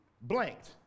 blanked